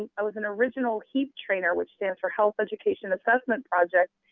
and i was an original heap trainer, which stands for health education assessment project,